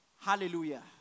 Hallelujah